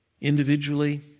individually